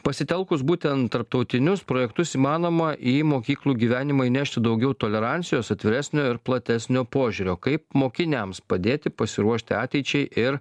pasitelkus būtent tarptautinius projektus įmanoma į mokyklų gyvenimą įnešti daugiau tolerancijos atviresnio ir platesnio požiūrio kaip mokiniams padėti pasiruošti ateičiai ir